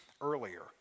earlier